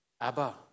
Abba